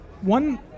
One